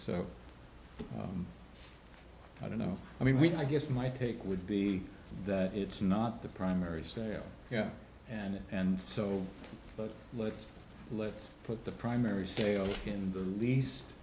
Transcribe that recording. so i don't know i mean we i guess my take would be that it's not the primary sale and and so but let's let's put the primary scale in the least